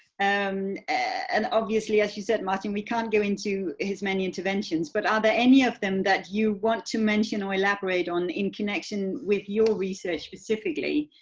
and and obviously as you said martin we can't go into his many inventions but are there any of them that you want to mention or elaborate on in connection with your research specifically?